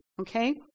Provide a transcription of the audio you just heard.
Okay